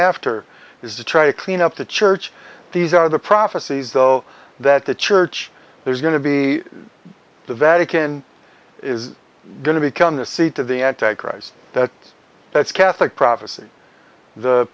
after is to try to clean up the church these are the prophecies though that the church there's going to be the vatican is going to become the seat of the anti christ that that's catholic prophecy the